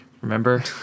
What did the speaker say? Remember